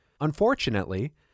Unfortunately